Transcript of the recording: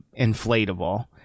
inflatable